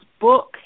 book